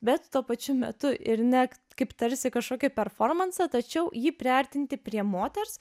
bet tuo pačiu metu ir ne kaip tarsi kažkokį performansą tačiau jį priartinti prie moters